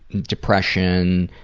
depression,